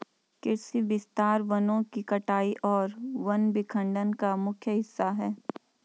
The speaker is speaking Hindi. कृषि विस्तार वनों की कटाई और वन विखंडन का मुख्य हिस्सा है